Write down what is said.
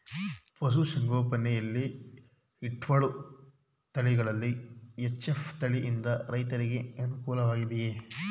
ಪಶು ಸಂಗೋಪನೆ ಯಲ್ಲಿ ಇಟ್ಟಳು ತಳಿಗಳಲ್ಲಿ ಎಚ್.ಎಫ್ ತಳಿ ಯಿಂದ ರೈತರಿಗೆ ಅನುಕೂಲ ವಾಗಿದೆಯೇ?